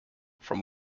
from